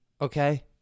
Okay